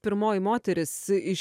pirmoji moteris iš